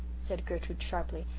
said gertrude sharply,